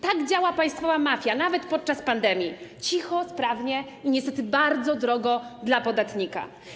Tak działa państwowa mafia, nawet podczas pandemii: cicho, sprawnie i niestety bardzo drogo dla podatnika.